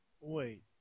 Wait